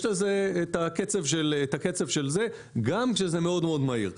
יש לזה את הקצב גם כשזה מאוד מאוד מהיר.